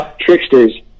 Tricksters